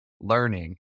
learning